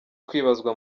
kwibazwa